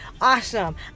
awesome